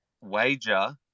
wager